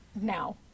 now